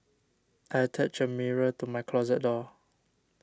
I attached a mirror to my closet door